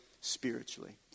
spiritually